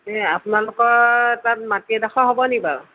এই আপোনালোকৰ তাত মাটি এডোখৰ হ'ব নেকি বাৰু